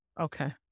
Okay